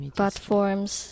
platforms